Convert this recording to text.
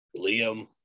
Liam